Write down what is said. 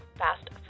fast